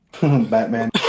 Batman